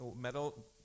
metal